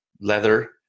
leather